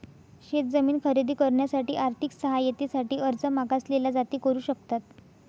शेत जमीन खरेदी करण्यासाठी आर्थिक सहाय्यते साठी अर्ज मागासलेल्या जाती करू शकतात